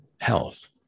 health